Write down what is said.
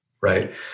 right